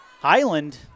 Highland